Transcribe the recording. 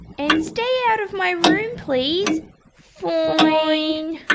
and stay out of my room please fine!